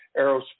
Aerospace